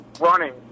running